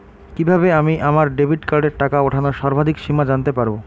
কিভাবে আমি আমার ডেবিট কার্ডের টাকা ওঠানোর সর্বাধিক সীমা জানতে পারব?